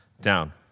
down